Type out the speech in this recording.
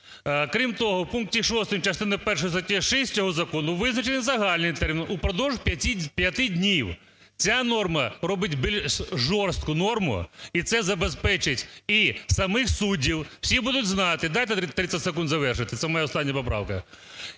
Крім того, в пункті 6 частини першої статті 6 цього закону визначений загальний термін: "упродовж 5 днів". Ця норма робить більш жорстку норму. І це забезпечить і самих суддів, всі будуть знати. Дайте 30 секунд завершити, це моя остання поправка.